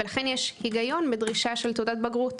ולכן יש הגיון בדרישה של תעודת בגרות.